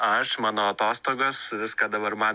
aš mano atostogos viską dabar man